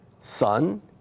Son